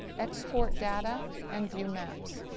export data and view maps.